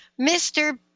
Mr